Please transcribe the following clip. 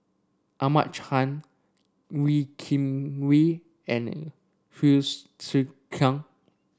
Ahmad Khan Wee Kim Wee and Hsu Tse Kwang